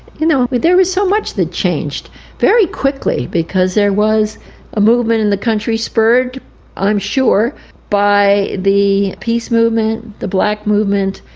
you know, there was so much that changed very quickly, because there was a movement in the country, spurred i'm sure by the peace movement, the black movement.